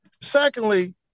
Secondly